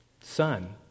Son